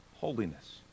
Holiness